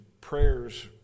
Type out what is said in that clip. prayers